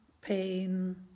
pain